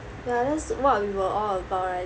ya that's what we were all about right